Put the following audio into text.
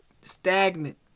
stagnant